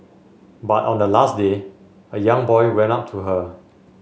but on the last day a young boy went up to her